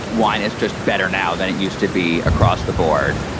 wine is just better now than it used to be across the board.